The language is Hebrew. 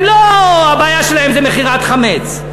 הם לא, הבעיה שלהם זה מכירת חמץ.